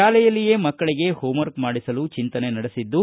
ಶಾಲೆಯಲ್ಲಿಯೇ ಮಕ್ಕಳಿಗೆ ಹೋಂವರ್ಕ್ ಮಾಡಿಸಲು ಚಿಂತನೆ ನಡೆಸಿದ್ದು